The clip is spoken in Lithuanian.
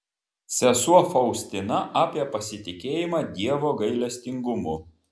sesuo faustina apie pasitikėjimą dievo gailestingumu